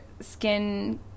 skin